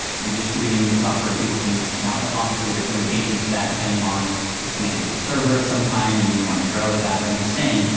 you're distributing the software, and people can use it, now, but obviously there's limitations to that, depending on if, it's connected to a server of some kind, and you wanna grow with that, but i'm just sayin',